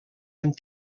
amb